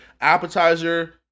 appetizer